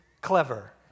clever